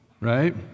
right